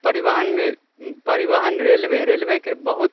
परिवहनमे railway railway रेलवेके बहुत